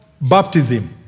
baptism